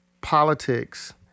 politics